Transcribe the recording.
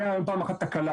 הייתה לנו פעם אחת תקלה,